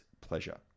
pleasure